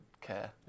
care